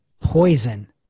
poison